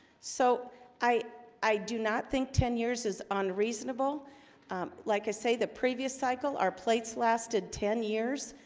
so i i do not think ten years is unreasonable like i say the previous cycle our plates lasted ten years.